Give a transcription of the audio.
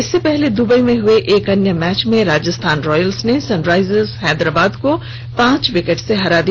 इससे पहले दुबई में हुए एक अन्य मैच में राजस्थान रॉयल्स ने सनराइजर्स हैदराबाद को पांच विकेट से हराया